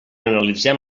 analitzem